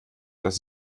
das